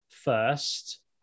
first